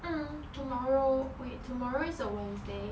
mm tomorrow wait tomorrow is a wednesday